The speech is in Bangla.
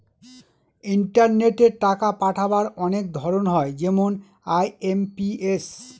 ইন্টারনেটে টাকা পাঠাবার অনেক ধরন হয় যেমন আই.এম.পি.এস